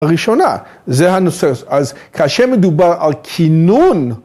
‫בראשונה, זה הנושא. ‫אז כאשר מדובר על כינון...